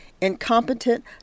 incompetent